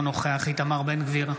רם בן ברק, אינו נוכח איתמר בן גביר,